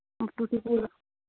ਤੁਸੀਂ ਫਿਰ